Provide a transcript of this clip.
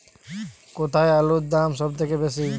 কোথায় আলুর দাম সবথেকে বেশি?